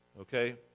okay